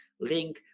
link